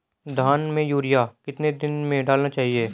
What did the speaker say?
धान में यूरिया कितने दिन में डालना चाहिए?